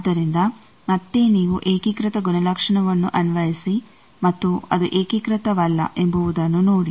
ಆದ್ದರಿಂದ ಮತ್ತೇ ನೀವು ಏಕೀಕೃತ ಗುಣಲಕ್ಷಣವನ್ನು ಅನ್ವಯಿಸಿ ಮತ್ತು ಅದು ಏಕೀಕೃತವಲ್ಲ ಎಂಬುವುದನ್ನು ನೋಡಿ